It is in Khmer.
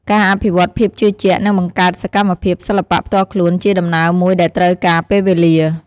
ការអភិវឌ្ឍភាពជឿជាក់ និងបង្កើតសកម្មភាពសិល្បៈផ្ទាល់ខ្លួនជាដំណើរមួយដែលត្រូវការពេលវេលា។